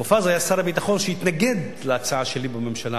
מופז היה שר הביטחון שהתנגד להצעה שלי בממשלה